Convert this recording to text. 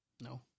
No